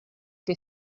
que